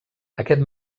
aquest